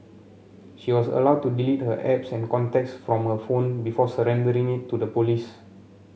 she was allowed to delete her apps and contacts from her phone before surrendering it to the police